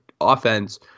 offense